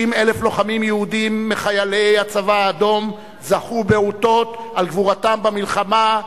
60,000 לוחמים יהודים מחיילי הצבא האדום זכו באותות על גבורתם במלחמה,